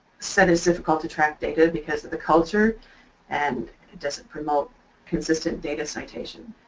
said it is difficult to track data because of the culture and it doesn't promote consistent data citation.